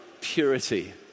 purity